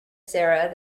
sarah